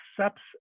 accepts